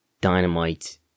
Dynamite